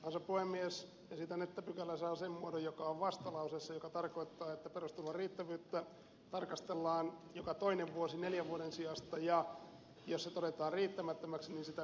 olemme jos esitän että tällaista asemaa joka on vastalauseessa mikä tarkoittaa että varustamoriittävyyttä tarkastellaan joka toinen vuosi neljä malesiasta ja jossa tavata riittämättömäksiisistä